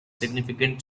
significant